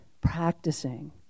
practicing